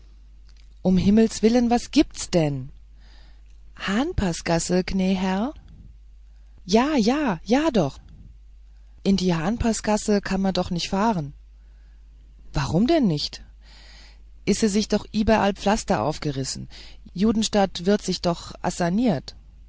um himmels willen was gibt's denn hahnpaßgassäü gnä herr ja ja ja doch in die hahnpaßgassä kann me doch nicht fahrrähn warum denn nicht ise sich doch ieberall pflaste aufgrissen judenstadt wirde sich doch assaniert